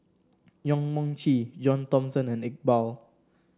Yong Mun Chee John Thomson and Iqbal